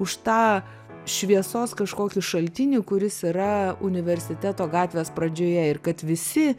už tą šviesos kažkokį šaltinį kuris yra universiteto gatvės pradžioje ir kad visi